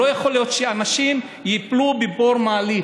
לא יכול להיות שאנשים ייפלו לבור מעלית,